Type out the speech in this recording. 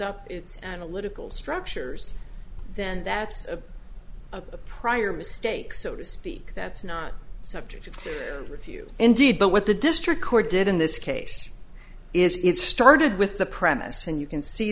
up its analytical structures then that's a prior mistake so to speak that's not subject to review indeed but what the district court did in this case is it started with the premise and you can see